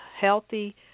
healthy